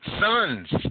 sons